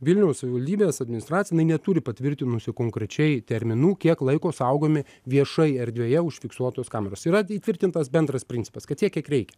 vilniaus savivaldybės administracija neturi patvirtinusi konkrečiai terminų kiek laiko saugomi viešai erdvėje užfiksuotos kameros yra įtvirtintas bendras principas kad tiek kiek reikia